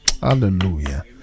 Hallelujah